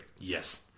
Yes